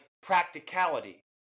practicality